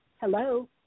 Hello